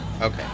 Okay